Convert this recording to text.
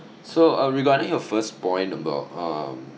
so uh regarding your first point about um